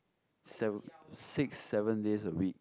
seven six seven days a week